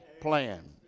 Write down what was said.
plan